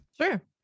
Sure